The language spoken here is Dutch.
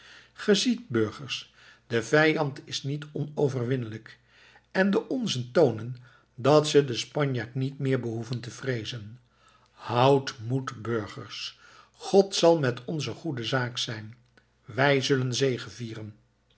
ziet burgers de vijand is niet onoverwinnelijk en de onzen toonen dat ze den spanjaard niet meer behoeven te vreezen houdt moed burgers god zal met onze goede zaak zijn wij zullen